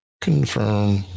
Confirm